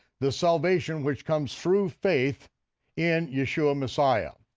the salvation which comes through faith in yeshua messiah.